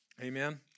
Amen